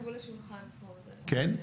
כן.